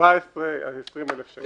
17,000 עד 20,000 שקל.